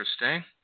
interesting